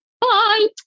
Bye